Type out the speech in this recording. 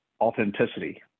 authenticity